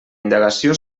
indagació